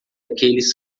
aqueles